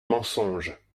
mensonge